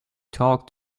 talk